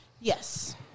Yes